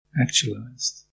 actualized